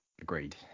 Agreed